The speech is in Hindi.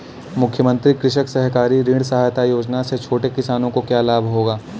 मुख्यमंत्री कृषक सहकारी ऋण सहायता योजना से छोटे किसानों को क्या लाभ होगा?